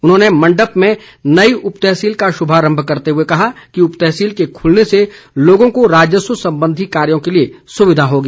उन्होंने मंडप में नई उप तहसील का शुभारम्भ करते हुए कहा कि उपतहसील के खुलने से लोगों को राजस्व संबंधी कार्यो के लिए सुविधा होगी